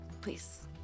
please